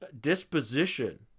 disposition